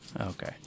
Okay